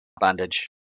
bandage